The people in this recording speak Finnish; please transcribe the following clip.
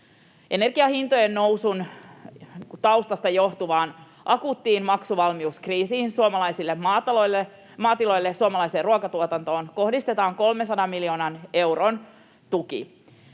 energian hintojen nousun taustasta johtuvaan akuuttiin maksuvalmiuskriisiin suomalaisille maatiloille, suomalaiseen ruokatuotantoon kohdistetaan 300 miljoonan euron tuki,